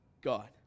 God